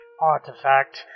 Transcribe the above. artifact